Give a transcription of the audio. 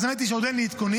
אז האמת שעוד אין לי עדכונים.